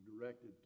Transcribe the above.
directed